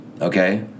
Okay